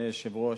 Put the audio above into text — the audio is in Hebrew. אדוני היושב-ראש,